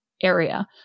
area